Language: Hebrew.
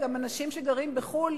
אנשים שגרים בחו"ל